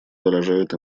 выражают